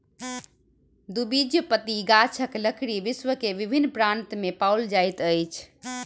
द्विबीजपत्री गाछक लकड़ी विश्व के विभिन्न प्रान्त में पाओल जाइत अछि